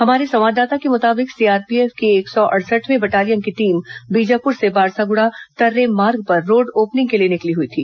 हमारे संवाददाता के मुताबिक सीआरपीएफ की एक सौ अड़सठवीं बटालियन की टीम बीजापुर से बासागुड़ा तर्रेम मार्ग पर रोड ओपनिंग के लिए निकली हुई थी